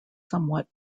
somewhat